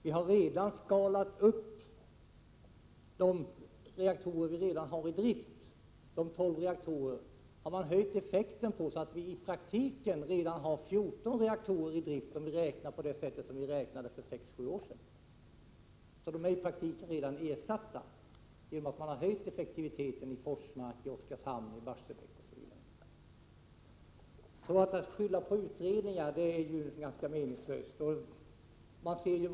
Man har redan så att säga skalat upp de tolv reaktorer som redan är i drift. Man har höjt effekten på dem så att det i praktiken redan finns 14 reaktorer i drift, om man räknar på det sätt som man gjorde för sex—sju år sedan. Dessa två reaktorer är alltså i praktiken redan ersatta genom att man har höjt effektiviteten i Forsmark, Oskarshamn, Barsebäck, osv. Det är därför ganska meningslöst att skylla på utredningar.